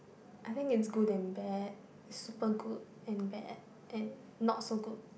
I think it's good and bad it's super good and bad and not so good